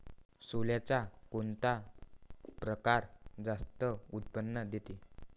सोल्याचा कोनता परकार जास्त उत्पन्न देते?